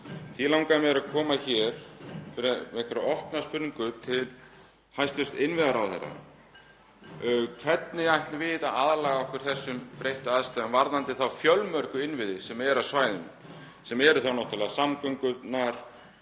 Því langaði mig að koma með opna spurningu til hæstv. innviðaráðherra: Hvernig ætlum við að aðlaga okkur þessum breyttu aðstæðum varðandi þá fjölmörgu innviði sem eru á svæðinu, sem eru þá náttúrlega samgöngurnar